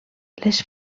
les